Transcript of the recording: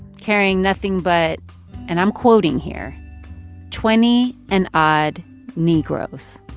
carrying nothing but and i'm quoting here twenty and odd negroes.